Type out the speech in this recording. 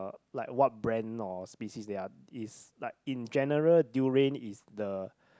like what brand or species they are is like in general durian is the